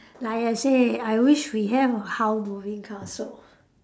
like I say I wish we have a Howl moving castle